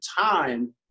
time